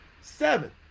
Seven